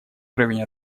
уровень